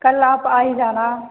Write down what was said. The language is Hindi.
कल आप आ ही जाना